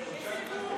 חודש קורס.